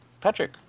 Patrick